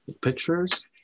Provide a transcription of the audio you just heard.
pictures